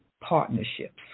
partnerships